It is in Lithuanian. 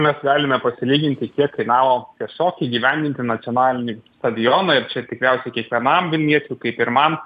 mes galime pasilyginti kiek kainavo tiesiog įgyvendinti nacionalinį stadioną ir čia tikriausiai kiekvienam vilniečiui kaip ir man